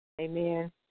Amen